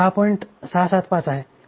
675 आहे